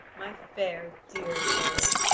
my fair dear lord.